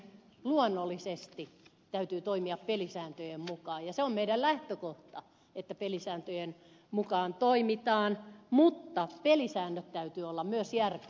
luonnollisesti täytyy toimia pelisääntöjen mukaan se on meidän lähtökohtamme samalla pelisääntöjen täytyy olla myös järkeviä